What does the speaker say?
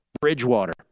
Bridgewater